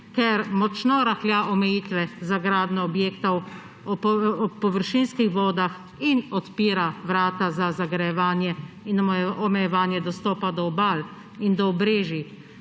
ker močno rahlja omejitve za gradnjo objektov ob površinskih vodah in odpira vrata za zagrajevanje in omejevanje dostopa do obal in do obrežij.